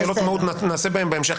שאלות מהות נעסוק בהם בהמשך.